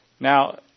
Now